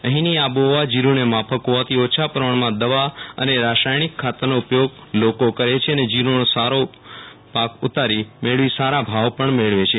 અફીની આબોહવા જીરૂને માફક હોવાથી ઓછા પ્રમાણમાં દવા અને રાસાયણિક ખાતરનો ઉપયોગ લોકો કરે છે અને જીરૂનો સારો ઉતારો મેળવી સારા ભાવ પણ મેળવે છે